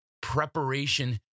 Preparation